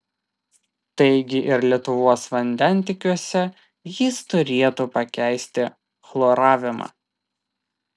taigi ir lietuvos vandentiekiuose jis turėtų pakeisti chloravimą